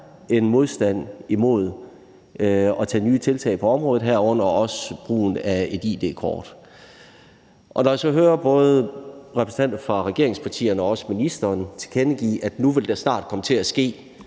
en modstand imod at tage nye tiltag på området, herunder også brugen af et id-kort. Og når jeg så hører både repræsentanter fra regeringspartierne og også ministeren tilkendegive, at nu vil der snart komme til at ske